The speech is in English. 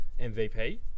MVP